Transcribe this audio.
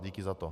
Díky za to.